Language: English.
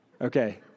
Okay